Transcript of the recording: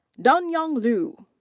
danyang lu.